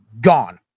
gone